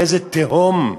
איזה תהום,